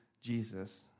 Jesus